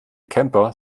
camper